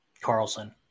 Carlson